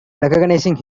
recognizing